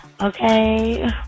Okay